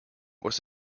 was